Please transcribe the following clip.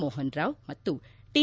ಮೋಹನ್ ರಾವ್ ಮತ್ತು ಟಿ